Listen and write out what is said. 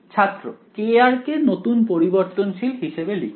ছাত্র kr কে নতুন পরিবর্তনশীল হিসেবে লিখে